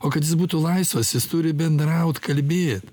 o kad jis būtų laisvas jis turi bendraut kalbėt